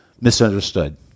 misunderstood